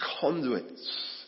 conduits